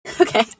Okay